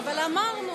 אבל אמרנו